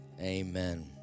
Amen